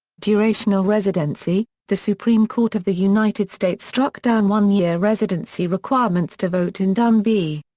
durational residency the supreme court of the united states struck down one-year residency requirements to vote in dunn v.